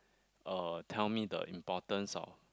uh tell me the importance of